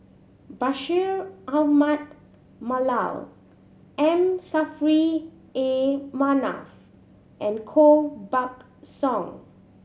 Bashir Ahmad Mallal M Saffri A Manaf and Koh Buck Song